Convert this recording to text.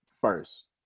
first